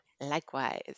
Likewise